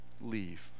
leave